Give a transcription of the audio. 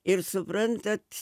ir suprantat